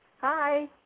Hi